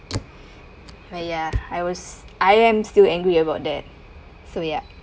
but ya I was I am still angry about that so ya